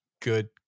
good